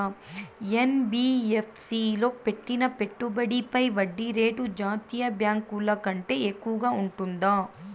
NBFC లో పెట్టిన పెట్టుబడి పై వడ్డీ రేటు జాతీయ బ్యాంకు ల కంటే ఎక్కువగా ఉంటుందా?